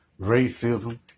Racism